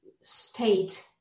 state